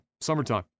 summertime